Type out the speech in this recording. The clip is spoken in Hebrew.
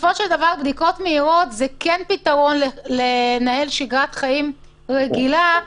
בדיקות מהירות הן כן פתרון כדי לנהל שגרת חיים רגילה,